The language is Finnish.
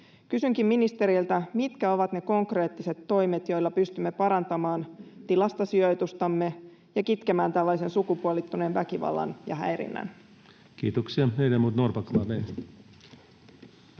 Kysynkin ministeriltä: mitkä ovat ne konkreettiset toimet, joilla pystymme parantamaan tilastosijoitustamme ja kitkemään tällaisen sukupuolittuneen väkivallan ja häirinnän? [Speech